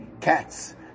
cats